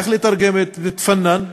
איך לתרגם את תתפאנן?